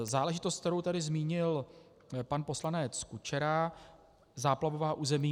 Záležitost, kterou tady zmínil pan poslanec Kučera záplavová území.